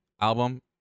album